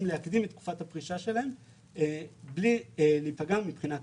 להקדים את תקופת הפרישה שלה בלי להיפגע מבחינה כלכלית.